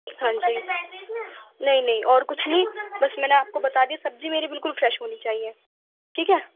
ہاں جی نہیں نہیں اور کچھ نہیں بس میں نے آپ کو بتا دیا سبزی میری بالکل فریش ہونی چاہیے ٹھیک ہے